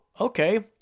okay